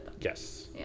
Yes